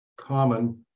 common